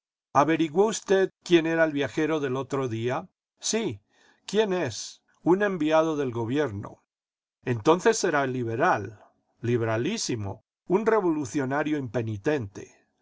averiguó usted quién era el viajero del otro día sí quién es un enviado del gobierno entonces será liberal liberalísimo un revolucionario impenitente